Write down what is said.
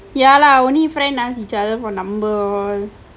ya lah only friend ask each other for number all